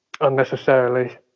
unnecessarily